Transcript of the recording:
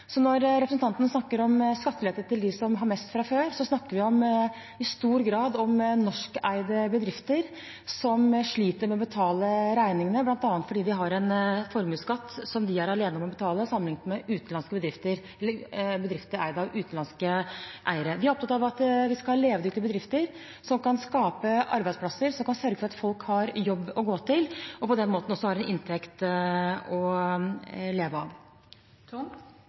Så når representanten snakker om skattelette til dem som har mest fra før, snakker vi i stor grad om norskeide bedrifter som sliter med å betale regningene, bl.a. fordi de har en formuesskatt som de er alene om å betale, sammenlignet med bedrifter eid av utenlandske eiere. Vi er opptatt av at vi skal ha levedyktige bedrifter som kan skape arbeidsplasser som kan sørge for at folk har en jobb å gå til, og på den måten også har en inntekt å leve av.